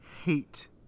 hate